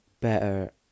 better